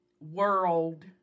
world